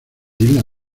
isla